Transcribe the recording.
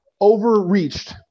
overreached